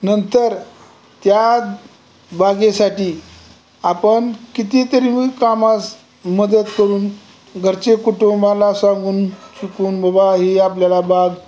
नंतर त्या बागेसाठी आपण कितीतरी कामास मदत करून घरचे कुटुंबाला सांगून चुकून बाबा ही आपल्याला बाग